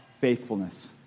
faithfulness